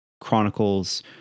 chronicles